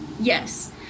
Yes